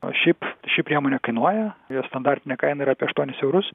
o šiaip ši priemonė kainuoja jos standartinė kaina yra apie aštuonis eurus